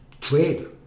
trade